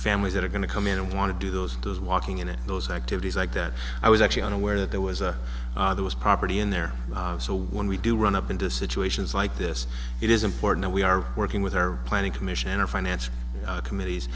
families that are going to come in and want to do those those walking into those activities like that i was actually unaware that there was a there was property in there so when we do run up into situations like this it is important we are working with our planning commission or finance committees